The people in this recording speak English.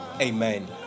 Amen